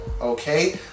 okay